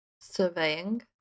surveying